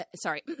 sorry